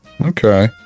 Okay